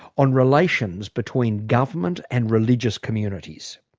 on relations between government and religious communities.